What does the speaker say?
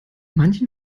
manchen